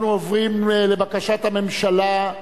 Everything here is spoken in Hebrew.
אנחנו עוברים לבקשת הממשלה,